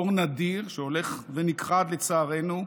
דור נדיר, שהולך ונכחד, לצערנו,